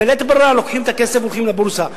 בלית ברירה לוקחים את הכסף והולכים לבורסה.